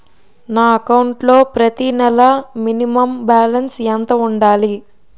నా అకౌంట్ లో ప్రతి నెల మినిమం బాలన్స్ ఎంత ఉండాలి?